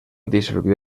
disolvió